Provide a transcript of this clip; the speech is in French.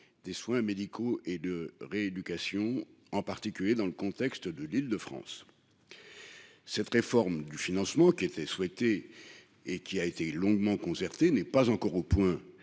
des soins médicaux et de rééducation (SMR), en particulier dans le contexte de l'Île-de-France. La réforme du financement, qui était souhaitée et qui a été longuement concertée, n'est pas encore au point